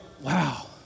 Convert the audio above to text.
wow